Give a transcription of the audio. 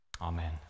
Amen